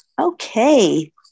Okay